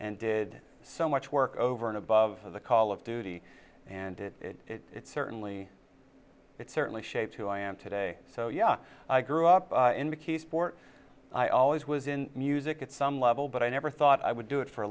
and did so much work over and above the call of duty and it certainly it certainly shaped who i am today so yeah i grew up in mckeesport i always was in music at some level but i never thought i would do it for a